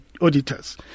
auditors